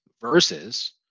versus